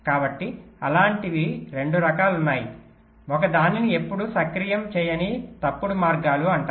కాబట్టి అలాంటివి 2 రకాలు ఉన్నాయి ఒకదానిని ఎప్పుడూ సక్రియం చేయని తప్పుడు మార్గాలు అంటారు